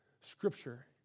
scripture